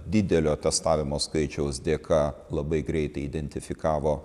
didelio testavimo skaičiaus dėka labai greitai identifikavo